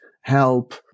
help